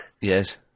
Yes